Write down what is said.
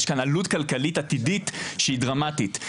יש כאן עלות כלכלית עתידית שהיא דרמטית.